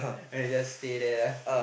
and I just stay there ah